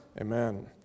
amen